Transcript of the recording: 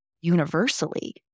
universally